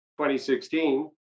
2016